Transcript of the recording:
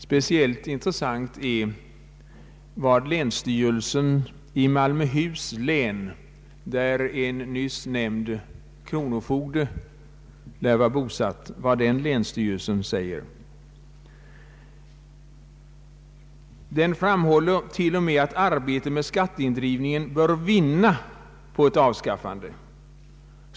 Speciellt intressant är vad som anföres av länsstyrelsen i Malmöhus län, där en nyss åberopad kronofogde lär vara bosatt. Denna länsstyrelse framhåller t.o.m. att arbetet med skatteindrivningningen bör vinna på ett avskaffande.